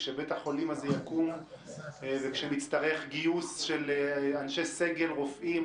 כשבית החולים הזה יקום ונצטרך גיוס של אנשי סגל רופאים,